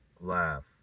laugh